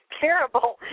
terrible